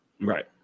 right